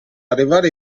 arrivare